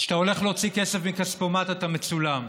כשאתה הולך להוציא כסף מכספומט אתה מצולם,